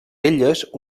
elles